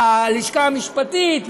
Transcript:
הלשכה המשפטית,